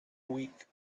week